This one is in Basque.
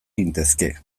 gintezke